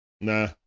Nah